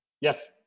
Yes